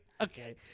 Okay